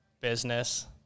business